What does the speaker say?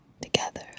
together